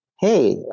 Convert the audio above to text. Hey